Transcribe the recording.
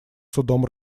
судом